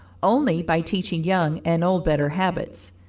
only by teaching young and old better habits.